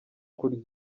kurya